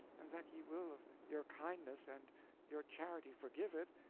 and that ye will of your kindness and your charity forgive it,